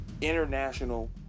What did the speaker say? international